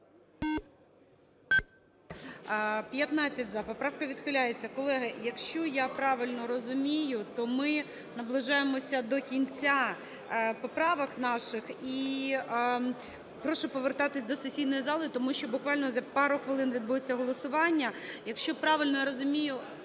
За-15 Поправка відхиляється. Колеги, якщо я правильно розумію, то ми наближаємося до кінця поправок наших. І прошу повертатися до сесійної зали, тому що буквально за пару хвилин відбудеться голосування. Якщо правильно я розумію…